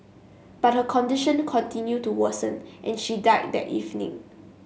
but her condition continued to worsen and she died that evening